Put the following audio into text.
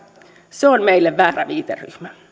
se on meille väärä viiteryhmä